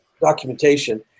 documentation